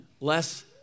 less